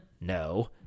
no